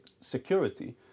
security